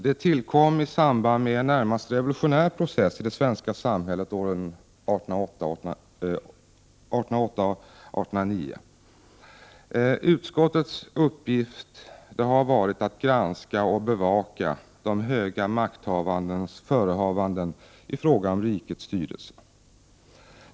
Det tillkom i samband med en närmast revolutionär process i det svenska samhället åren 1808-1809. Utskottets uppgift var att granska och bevaka de höga makthavandes förehavanden i fråga om rikets styrelse.